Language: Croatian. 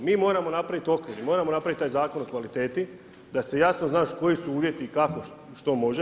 Mi moramo napraviti okvir i moramo napraviti taj Zakon o kvaliteti, da se jasno zna koji su uvijati i kako što može.